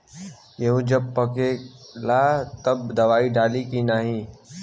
गेहूँ जब पकेला तब दवाई डाली की नाही?